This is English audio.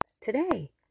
today